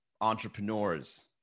entrepreneurs